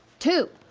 two,